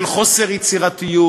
של חוסר יצירתיות,